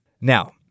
Now